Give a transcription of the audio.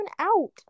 out